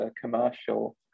commercial